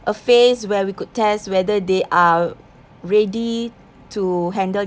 a phase where we could test whether they are ready to handle